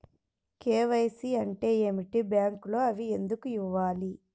KYC అంటే ఏమిటి? బ్యాంకులో అవి ఎందుకు ఇవ్వాలి?